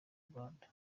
rwanda